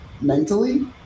mentally